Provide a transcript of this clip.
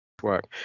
work